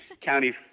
county